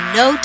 no